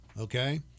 okay